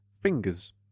fingers